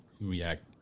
react